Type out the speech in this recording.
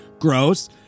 gross